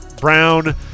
Brown